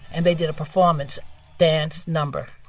and they did a performance dance number.